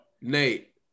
Nate